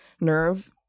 nerve